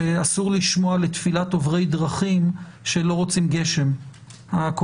שאסור לשמוע לתפילת עוברי דרכים שלא רוצים גשם,